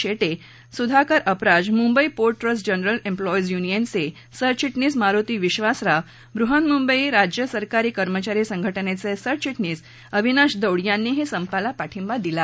शेट्ट सुधाकर अपराज Mumbai port trust and general employees युनियनचे सरघिटणीस मारुती विश्वासराव बृहन्मुंबई राज्य सरकारी कर्मचारी संघटनेचे सरघिटणी अविनाश दौड यांनीही संपाला पाठिबा दिला आहे